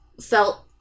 felt